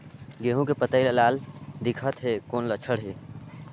गहूं के पतई लाल दिखत हे कौन लक्षण हे?